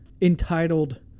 entitled